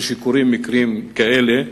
כשקורים מקרים כאלה,